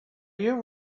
you